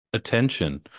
attention